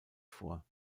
vor